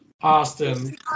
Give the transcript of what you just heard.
Austin